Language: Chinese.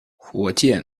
火箭